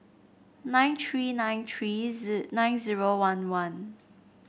nine tree nine tree nine zero one one